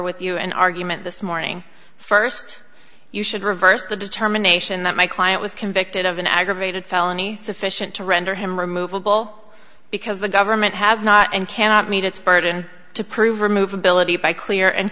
with you an argument this morning first you should reverse the determination that my client was convicted of an aggravated felony sufficient to render him removable because the government has not and cannot meet its burden to prove or movability by clear and